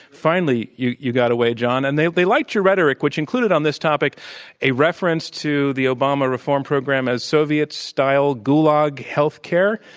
finally, you you got away, john. and they they liked your rhetoric, which included on this topic a reference to the obama reform program as soviet style gulag healthcare.